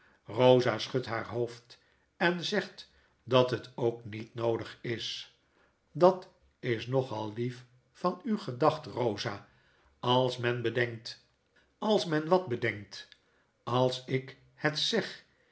eosa schudt haar hoofd en zegt dat het ook niet noodig is dat is nogal lief van u gedacht rosa als men bedenkt als men wat bedenkt als ik het zeg